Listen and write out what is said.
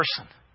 person